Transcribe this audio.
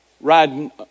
riding